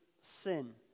sin